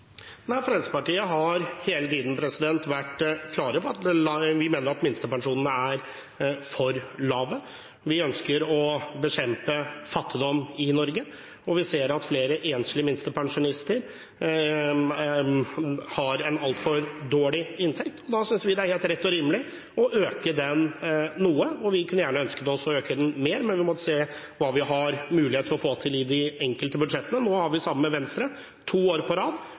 Fremskrittspartiet har hele tiden vært klar på at vi mener at minstepensjonene er for lave. Vi ønsker å bekjempe fattigdom i Norge, og vi ser at flere enslige minstepensjonister har en altfor dårlig inntekt. Da synes vi det er helt rett og rimelig å øke den noe. Vi kunne også ønsket å øke den mer, men vi måtte se hva vi har mulighet til å få til i de enkelte budsjettene. Nå har vi, sammen med Venstre, i to år på rad